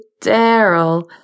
Daryl